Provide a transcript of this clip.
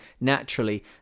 naturally